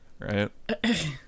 right